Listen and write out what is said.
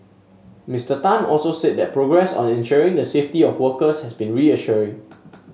Mister Tan also said that progress on ensuring the safety of workers has been reassuring